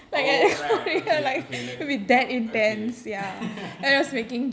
oh right okay okay let not okay